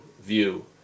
view